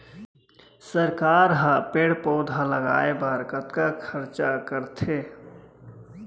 सरकार ह पेड़ पउधा लगाय बर कतका खरचा करथे